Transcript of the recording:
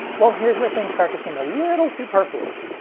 well, here's where things start to seem a little superfluous.